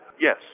Yes